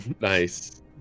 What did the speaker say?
Nice